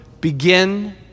BEGIN